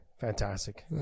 fantastic